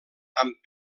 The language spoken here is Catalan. amb